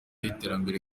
iterambere